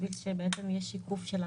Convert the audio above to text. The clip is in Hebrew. בשביל שיהיה שיקוף של הנתונים.